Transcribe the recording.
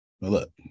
Look